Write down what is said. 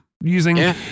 using